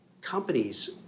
Companies